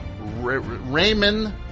Raymond